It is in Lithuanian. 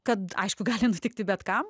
kad aišku gali nutikti bet kam